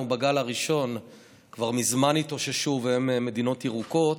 בגל הראשון כבר מזמן התאוששו והן מדינות ירוקות,